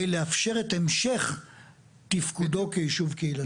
לאפשר את המשך תפקודו כיישוב קהילתי".